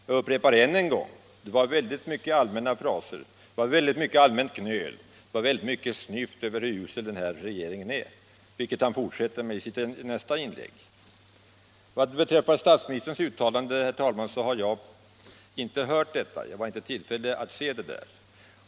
Jag upprepar än en gång att det var väldigt mycket allmänna fraser, allmänt gnöl, snyft över hur usel regeringen är etc. — vilket han fortsatte med i sitt nästa inlägg. Vad beträffar statsministerns uttalande, herr talman, har jag inte hört detta, och jag var inte i tillfälle att läsa det.